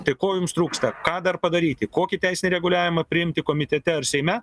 tai ko jums trūksta ką dar padaryti kokį teisinį reguliavimą priimti komitete ar seime